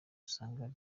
usanga